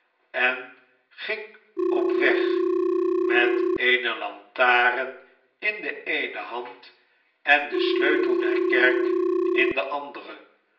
en ging op weg met eene lantaarn in de eene hand en den sleutel der kerk in de andere